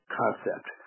concept